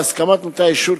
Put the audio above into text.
בהסכמת נותני האישור,